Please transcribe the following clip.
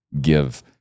give